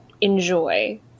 enjoy